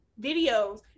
videos